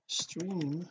stream